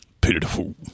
Pitiful